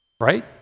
Right